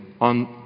on